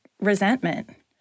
resentment